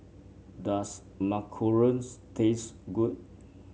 does macarons taste good